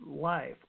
life